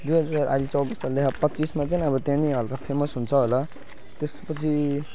दुई हजार अहिले चौबिस चल्दैछ पच्चिसमा चाहिँ अब त्यहाँ पनि हल्का फेमस हुन्छ होला त्यसपछि